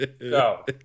Go